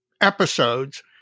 episodes